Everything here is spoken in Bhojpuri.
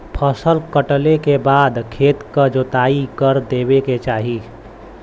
फसल कटले के बाद खेत क जोताई कर देवे के चाही